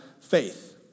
faith